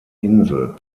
insel